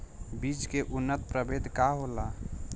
बीज के उन्नत प्रभेद का होला?